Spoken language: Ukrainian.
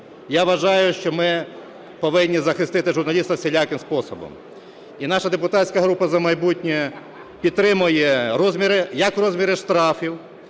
я вважаю, що ми повинні захистити журналіста всіляким способом. І наша депутатська група "За майбутнє" підтримує як розміри штрафів